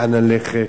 לאן ללכת,